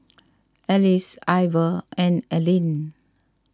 Alyse Ivor and Alene